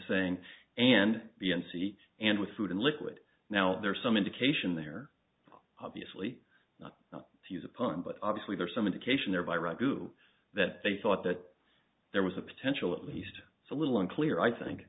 sane and b and c and with food and liquid now there's some indication they're obviously not seize upon but obviously there's some indication there by ragu that they thought that there was a potential at least a little unclear i think